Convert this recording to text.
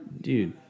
dude